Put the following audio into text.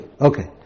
okay